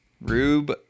Rube